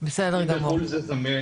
אם בחו"ל זה זמין